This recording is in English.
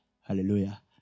Hallelujah